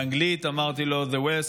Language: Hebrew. באנגלית אמרתי לו: The west